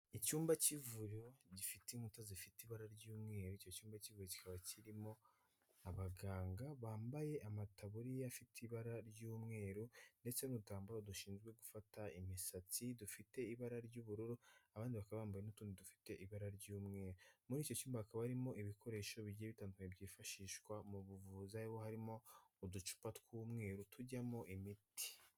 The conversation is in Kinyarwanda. Icyumba cy'ivuriro gifite inkuta zifite ibara ry'umweru, icyo icyumba k'ivuriro kikaba kirimo abaganga bambaye amataburiya afite ibara ry'umweru ndetse n'udutambaro dushinzwe gufata imisatsi dufite ibara ry'ubururu, abandi bakaba bambaye n'utundi dufite ibara ry'umweru, muri icyo cyumba hakaba harimo ibikoresho bigiye bitandukanye byifashishwa mu buvuzi ariho harimo uducupa tw'umweru tujyamo imiti.